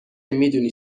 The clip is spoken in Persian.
میدونی